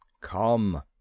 Come